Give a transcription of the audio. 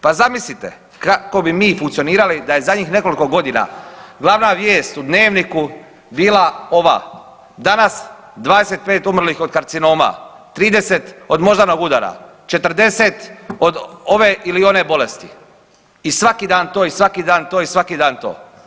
Pa zamislite kako bi mi funkcionirali da je zadnjih nekoliko godina glavna vijest u dnevniku bila ova, danas 25 umrlih od karcinoma, 30 od moždanog udara, 40 od ove ili one bolesti i svaki dan to, i svaki dan to, i svaki dan to.